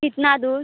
कितना दूर